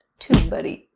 tube buddy.